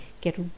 get